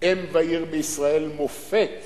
ועיר בישראל, מופת